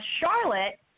Charlotte